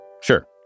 Sure